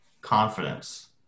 confidence